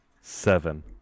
Seven